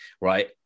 right